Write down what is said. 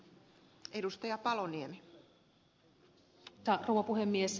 arvoisa rouva puhemies